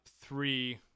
three